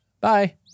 Bye